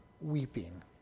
weeping